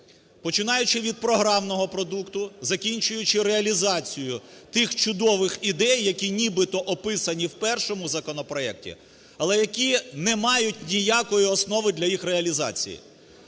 Починаючи від програмного продукту, закінчуючи реалізацією тих чудових ідей, які нібито описані в першому законопроекті, але, які не мають ніякої основи для їх реалізації.